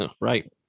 Right